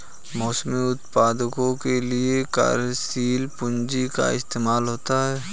मौसमी उत्पादों के लिये कार्यशील पूंजी का इस्तेमाल होता है